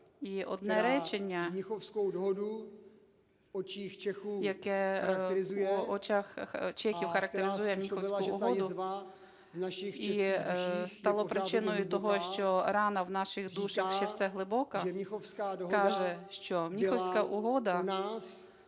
І одне речення, яке в очах чехів характеризує міховську угоду і стало причиною того, що рана в наших душах ще все глибока, каже, що міховська угода